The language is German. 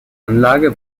anlage